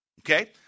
Okay